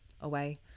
away